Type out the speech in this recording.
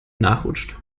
nachrutscht